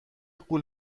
غول